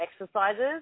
exercises